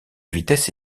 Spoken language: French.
vitesse